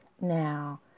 Now